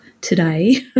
today